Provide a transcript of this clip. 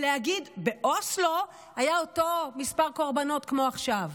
ולהגיד: באוסלו היה אותו מספר קורבנות כמו עכשיו.